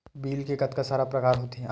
Bill के कतका सारा प्रकार होथे?